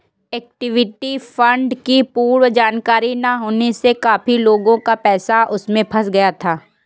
equity fund की पूर्ण जानकारी ना होने से काफी लोगों का पैसा उसमें फंस गया था